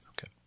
Okay